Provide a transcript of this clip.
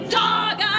dog